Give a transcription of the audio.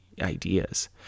ideas